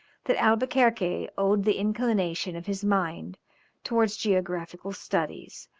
that albuquerque owed the inclination of his mind towards geographical studies,